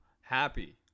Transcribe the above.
happy